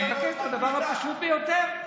את הדבר הפשוט ביותר.